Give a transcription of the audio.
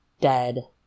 dead